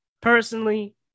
personally